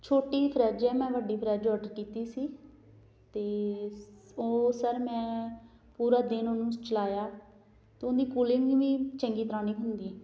ਛੋਟੀ ਫਰਿੱਜ ਹੈ ਮੈਂ ਵੱਡੀ ਫਰਿੱਜ ਔਡਰ ਕੀਤੀ ਸੀ ਅਤੇ ਸ ਉਹ ਸਰ ਮੈਂ ਪੂਰਾ ਦਿਨ ਉਹਨੂੰ ਚਲਾਇਆ ਤਾਂ ਉਹਦੀ ਕੂਲਿੰਗ ਵੀ ਚੰਗੀ ਤਰ੍ਹਾਂ ਨਹੀਂ ਹੁੰਦੀ